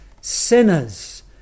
sinners